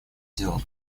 дела